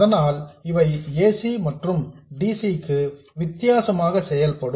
அதனால் இவை ac மற்றும் dc க்கு வித்தியாசமாக செயல்படும்